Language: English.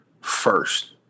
first